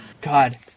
god